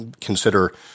consider